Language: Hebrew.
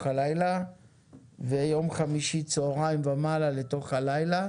הלילה ויום חמישי צהריים ומעלה לתוך הלילה,